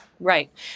Right